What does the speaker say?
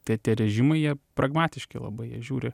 tie tie režimai jie pragmatiški labai jie žiūri